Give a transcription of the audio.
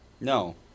No